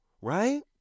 right